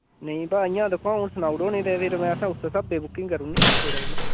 नेईं भा इयां दिखो हां हून सनाऊ ओड़ो नी तां फिर उस्स स्हाबै दी बुकिंग करुड़नी नी थुआढ़े कन्नै